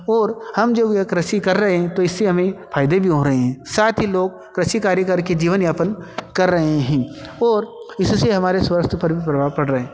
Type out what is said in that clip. और हम जो वह कृषि कर रहे हैं तो इससे हमें फायदे भी हो रहे हैं साथ ही लोग कृषि कार्य करके जीवनयापन कर रहे हैं और इसी से हमारे स्वास्थ्य पर भी प्रभाव पर रहा है